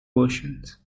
versions